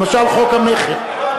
למשל, חוק המכר.